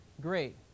great